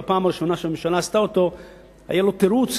בפעם הראשונה שהממשלה עשתה אותו היה לו תירוץ,